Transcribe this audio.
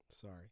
Sorry